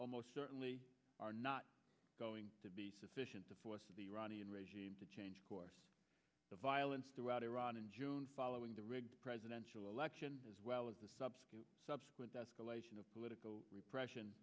almost certainly are not going to be sufficient to force the iranian regime to change course the violence throughout iran in june following the rigged presidential election as well as the sub subsequent escalation of political repression